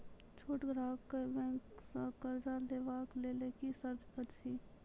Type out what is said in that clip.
छोट ग्राहक कअ बैंक सऽ कर्ज लेवाक लेल की सर्त अछि?